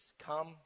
come